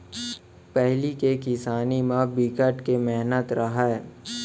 पहिली के किसानी म बिकट के मेहनत रहय